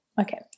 Okay